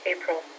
April